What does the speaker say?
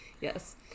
Yes